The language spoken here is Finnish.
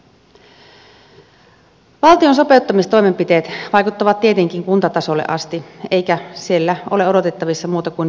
valtion sopeuttamistoimenpiteet vaikuttavat tietenkin kuntatasolle asti eikä siellä ole odotettavissa muuta kuin vyönkiristystä